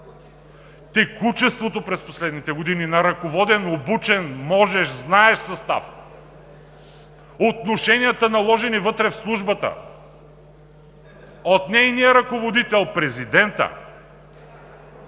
текучеството през последните години на ръководен, обучен, можещ, знаещ състав, отношенията, наложени вътре в Службата от нейния ръководител – президента,